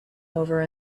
over